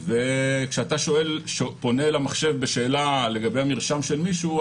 וכשאתה פונה אל המחשב בשאלה לגבי המרשם של מישהו,